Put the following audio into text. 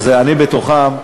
ואני בתוכו,